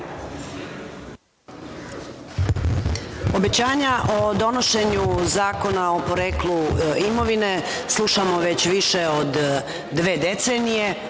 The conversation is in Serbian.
Obećanja o donošenju zakona o poreklu imovine slušamo već više od dve decenije.